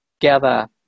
gather